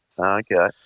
Okay